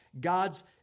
God's